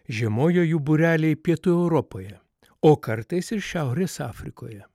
žiemojo jų būreliai pietų europoje o kartais ir šiaurės afrikoje